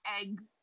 egg